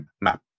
map